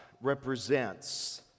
represents